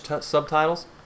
subtitles